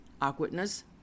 awkwardness